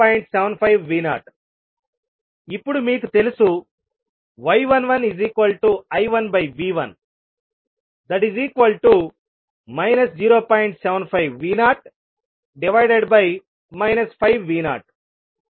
75V0 ఇప్పుడు మీకు తెలుసు y11I1V1 0